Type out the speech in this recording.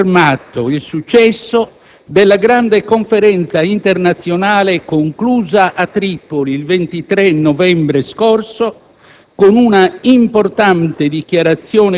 come del resto ha confermato il successo della grande Conferenza internazionale conclusa a Tripoli il 23 novembre scorso